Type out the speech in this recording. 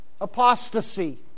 apostasy